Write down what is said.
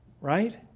Right